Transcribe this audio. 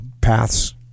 paths